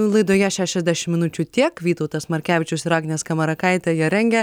laidoje šešiasdešim minučių tiek vytautas markevičius ir agnė skamarakaitė ją rengė